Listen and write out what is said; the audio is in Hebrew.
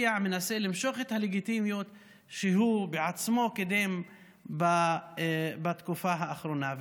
ולמשוך את הלגיטימיות שהוא עצמו קידם בתקופה האחרונה.